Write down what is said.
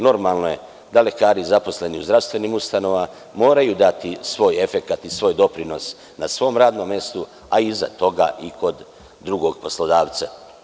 Normalno je da lekari zaposleni u zdravstvenim ustanovama, moraju dati svoj efekat i svoj doprinos na svom radnom mestu, a iza toga i kod drugog poslodavca.